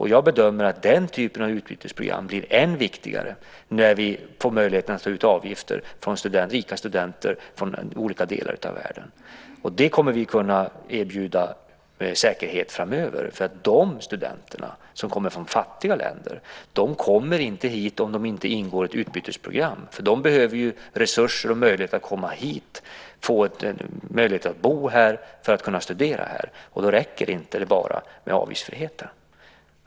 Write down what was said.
Jag bedömer att den typen av utbytesprogram blir ännu viktigare när vi får möjlighet att ta ut avgifter från rika studenter från olika delar av världen. Det kommer vi med säkerhet att kunna erbjuda framöver. Studenter från fattiga länder kommer inte hit om de inte ingår i ett utbytesprogram. De behöver resurser och möjligheter att komma hit - få möjlighet att bo här för att kunna studera här. Då räcker det inte med bara avgiftsfriheten.